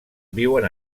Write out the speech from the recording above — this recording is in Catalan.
viuen